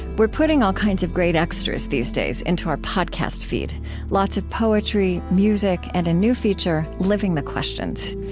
we're putting all kinds of great extras these days into our podcast feed lots of poetry, music, and a new feature living the questions.